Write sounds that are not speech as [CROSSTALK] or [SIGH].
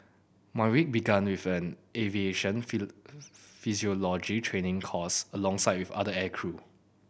my week began with an aviation [UNINTELLIGIBLE] physiology training course alongside with other aircrew